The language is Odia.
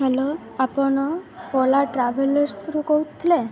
ହ୍ୟାଲୋ ଆପଣ ଓଲା ଟ୍ରାଭେଲସ୍ରୁୁ କହୁଥିଲେ